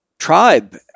Tribe